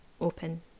open